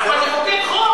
זה לא חרם.